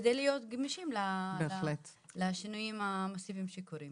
כדי להיות גמישים לשינויים המאסיביים שקורים.